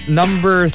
number